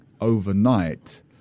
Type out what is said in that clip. overnight